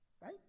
right